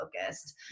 focused